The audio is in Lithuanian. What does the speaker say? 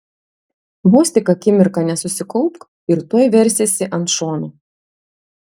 vos tik akimirką nesusikaupk ir tuoj versiesi ant šono